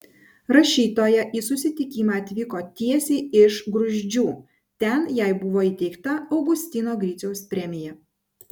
rašytoja į susitikimą atvyko tiesiai iš gruzdžių ten jai buvo įteikta augustino griciaus premija